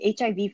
HIV